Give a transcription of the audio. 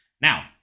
Now